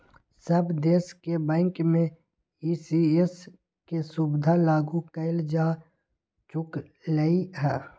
सब देश के बैंक में ई.सी.एस के सुविधा लागू कएल जा चुकलई ह